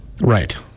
Right